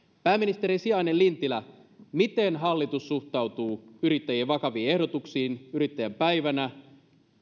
pääministerin sijainen lintilä miten hallitus suhtautuu yrittäjien vakaviin ehdotuksiin yrittäjän päivänä